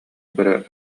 көрө